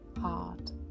heart